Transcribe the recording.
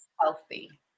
healthy